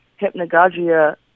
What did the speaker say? hypnagogia